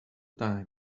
time